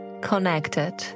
Connected